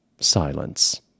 Silence